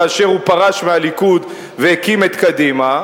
כאשר הוא פרש מהליכוד והקים את קדימה,